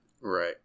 Right